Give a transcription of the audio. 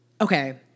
Okay